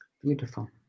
Beautiful